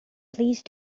please